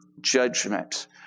judgment